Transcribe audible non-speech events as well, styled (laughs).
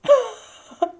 (laughs)